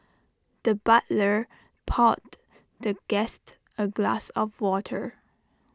the butler poured the guest A glass of water